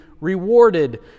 rewarded